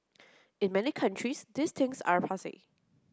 in many countries these things are passe